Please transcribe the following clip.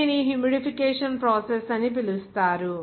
దీనిని humidification process అని పిలుస్తారు